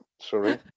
Sorry